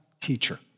Teacher